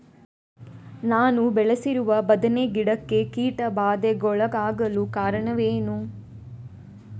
ನಾನು ಬೆಳೆಸಿರುವ ಬದನೆ ಗಿಡಕ್ಕೆ ಕೀಟಬಾಧೆಗೊಳಗಾಗಲು ಕಾರಣವೇನು?